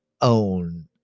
own